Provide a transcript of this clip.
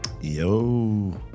yo